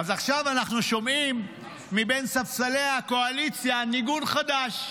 אז עכשיו אנחנו שומעים מספסלי הקואליציה ניגון חדש: